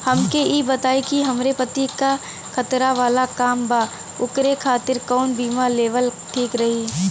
हमके ई बताईं कि हमरे पति क खतरा वाला काम बा ऊनके खातिर कवन बीमा लेवल ठीक रही?